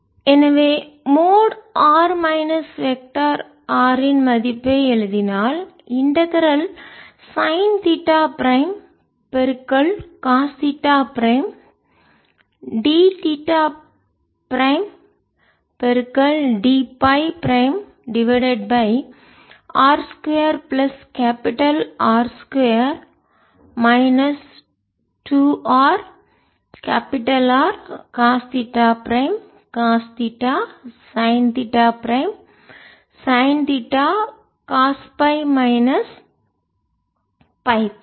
எனவே mod R minus vector R இன் மதிப்பை எழுதினால் integral sine theta prime cos theta prime d theta prime d phi prime divided by R 2 plus capital R 2 minus 2 R capital R cos theta prime cos theta sine theta prime sine theta cos phi minus phi prime